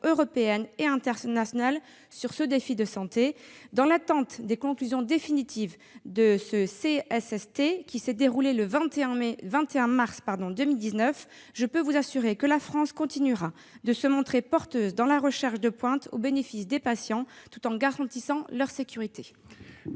européenne et internationale sur ce défi de santé. Dans l'attente des conclusions définitives du CSST, qui s'est déroulé le 21 mars 2019, je peux vous assurer que la France continuera de se montrer porteuse dans la recherche de pointe au bénéfice des patients tout en garantissant leur sécurité.